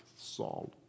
Saul